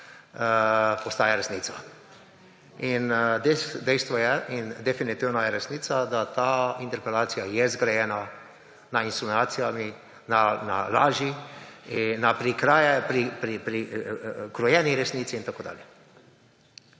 postaja resnica. In dejstvo je in definitivno je resnica, da ta interpelacija je zgrajena na insinuacijah, na laži in na prikrojeni resnici in tako dalje.